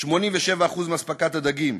87% מאספקת הדגים,